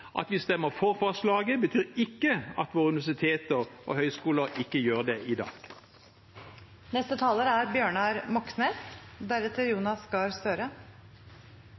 At vi stemmer for forslaget, betyr ikke at våre universiteter og høyskoler ikke gjør det i